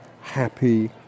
happy